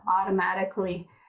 automatically